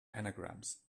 anagrams